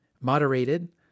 moderated